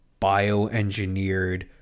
bioengineered